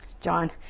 John